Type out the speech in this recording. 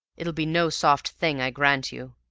it'll be no soft thing, i grant you.